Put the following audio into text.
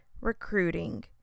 recruiting